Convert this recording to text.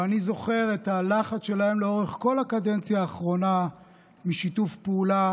ואני זוכר את הלחץ שלהם לאורך כל הקדנציה האחרונה משיתוף פעולה,